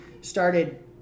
started